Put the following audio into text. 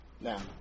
now